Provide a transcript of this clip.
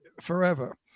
forever